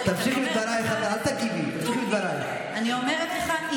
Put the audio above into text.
ללירן, לאבירן, לרונית הדוברת ולאיל שתפעל את הכול